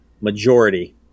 majority